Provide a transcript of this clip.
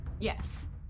Yes